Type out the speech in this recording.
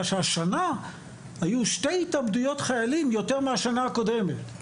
שהשנה היו שתי התאבדויות חיילים יותר מהשנה הקודמת,